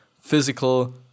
physical